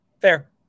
Fair